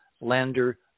lander